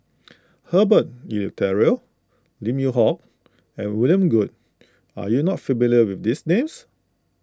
Herbert Eleuterio Lim Yew Hock and William Goode are you not familiar with these names